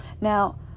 now